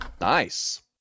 Nice